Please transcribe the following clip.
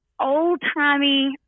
old-timey